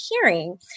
hearing